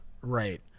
right